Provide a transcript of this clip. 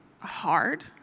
hard